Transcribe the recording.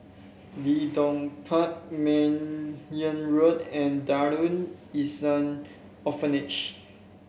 Leedon Park Meyer Road and Darul Ihsan Orphanage